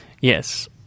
Yes